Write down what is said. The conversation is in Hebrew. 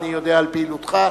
אני יודע על פעילותך.